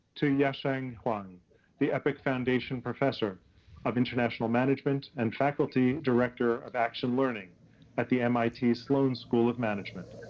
to yasheng huang the epic foundation professor of international management and faculty director of action learning at the mit sloan school of management.